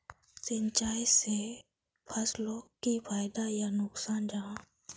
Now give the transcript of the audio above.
सिंचाई से फसलोक की फायदा या नुकसान जाहा?